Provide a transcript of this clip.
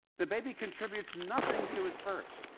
the baby contributes nothing to its birth.